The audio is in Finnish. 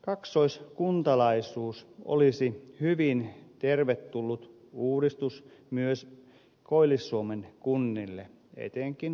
kaksoiskuntalaisuus olisi hyvin tervetullut uudistus myös koillis suomen kunnille etenkin kuusamolle